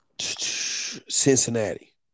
Cincinnati